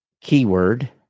keyword